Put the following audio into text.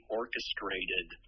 orchestrated